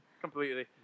Completely